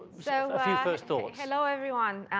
so a few first thoughts. hello everyone.